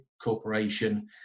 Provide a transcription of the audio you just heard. corporation